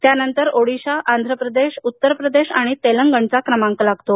त्यानंतर ओडिशा आंध्रप्रदेश उत्तर प्रदेश आणि तेलंगणचा क्रमांक लागतो